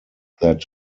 that